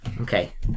Okay